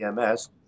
EMS